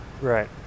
Right